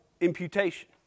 imputation